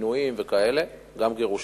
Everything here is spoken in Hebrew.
פינויים וכדומה, גם גירושין,